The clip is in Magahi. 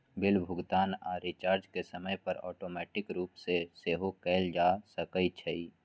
बिल भुगतान आऽ रिचार्ज के समय पर ऑटोमेटिक रूप से सेहो कएल जा सकै छइ